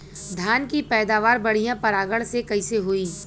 धान की पैदावार बढ़िया परागण से कईसे होई?